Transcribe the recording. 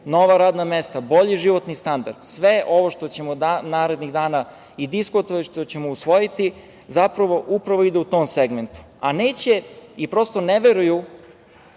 nova radna mesta, bolji životni standard, sve ovo što ćemo narednih dana i diskutovati i što ćemo usvojiti zapravo ide u tom segmentu, a neće i prosto ne veruju